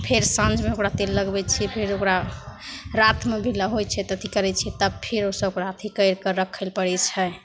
फेर साँझमे ओकरा तेल लगाबै छिए फेर ओकरा रातिमे भी होइ छै तऽ अथी करै छिए तब फेर ओसब ओकरा अथी करिके रखै ले पड़ै छै